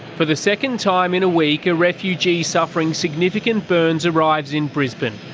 for the second time in a week a refugee suffering significant burns arrives in brisbane,